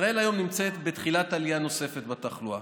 ישראל היום נמצאת בתחילת עלייה נוספת בתחלואה,